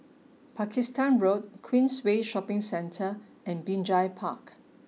Pakistan Road Queensway Shopping Centre and Binjai Park